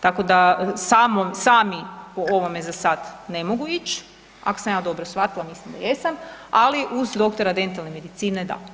Tako da samom, sami po ovome za sad ne mogu ići, ako sam ja dobro shvatila, mislim da jesam, ali uz doktora dentalne medicine da.